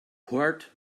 port